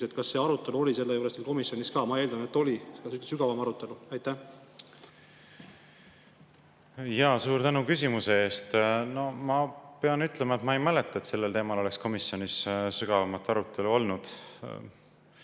Kas see arutelu oli selle [eelnõu] juures komisjonis ka? Ma eeldan, et oli, ja sügavam arutelu. Suur tänu küsimuse eest! Ma pean ütlema, et ma ei mäleta, et sellel teemal oleks komisjonis sügavamat arutelu olnud.